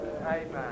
Amen